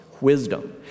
wisdom